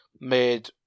made